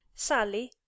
Sally